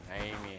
amen